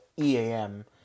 EAM